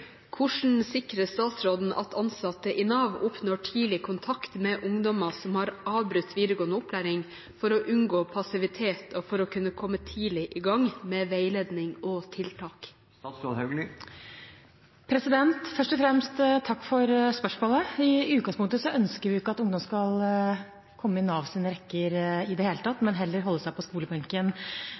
sikrer statsråden at ansatte i Nav oppnår tidlig kontakt med ungdommer som har avbrutt videregående opplæring, for å unngå passivitet og for å kunne komme tidlig i gang med veiledning og tiltak?» Først og fremst: Takk for spørsmålet. I utgangspunktet ønsker vi ikke at ungdom skal komme inn i Navs rekker i det hele tatt, men heller holde seg på skolebenken